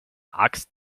axt